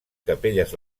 capelles